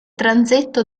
transetto